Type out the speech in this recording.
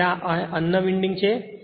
જેમ કે આ એક અન્ય વિન્ડિંગ છે